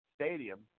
Stadium